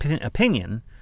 opinion